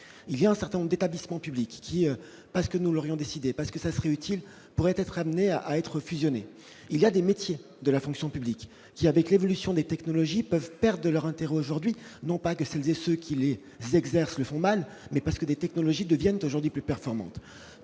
il y a un certain nombre d'établissements publics qui, parce que nous l'aurions décidé parce que ça serait utile pourrait être amené à être fusionné il y a des métiers de la fonction publique qui, avec l'évolution des technologies peuvent perdent leur intérêt aujourd'hui, non pas que celles et ceux qui lui s'exerce le font mal, mais parce que les technologies deviennent aujourd'hui plus performante